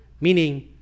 meaning